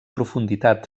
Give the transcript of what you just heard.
profunditat